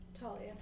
Talia